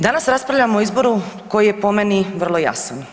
Danas raspravljamo o izboru koji je po meni vrlo jasan.